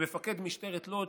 למפקד משטרת לוד,